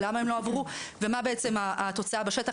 למה הם לא עברו ומה בעצם התוצאה בשטח,